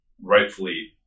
rightfully